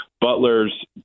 Butler's